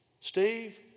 Steve